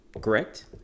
correct